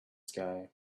sky